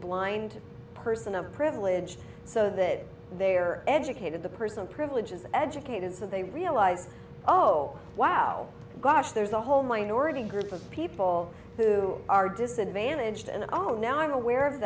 blind person of privilege so that they are educated the person privileges educated so they realize oh wow gosh there's a whole minority group of people who are disadvantaged and oh now i'm aware of